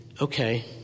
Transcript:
okay